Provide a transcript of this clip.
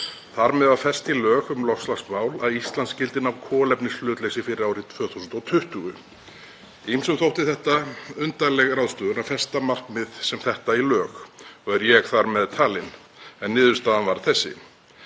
Þar með var fest í lög um loftslagsmál að Ísland skyldi ná kolefnishlutleysi fyrir árið 2040. Ýmsum þótti það undarleg ráðstöfun að festa markmið sem þetta í lög og er ég þar með talinn, en niðurstaðan varð þessi.